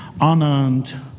unearned